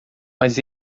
mas